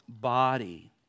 body